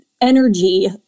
energy